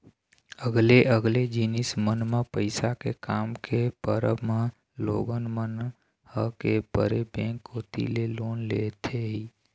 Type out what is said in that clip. अलगे अलगे जिनिस मन म पइसा के काम के परब म लोगन मन ह के परे बेंक कोती ले लोन लेथे ही